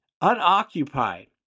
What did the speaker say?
unoccupied